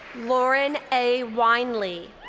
lauren a. winely.